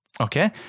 Okay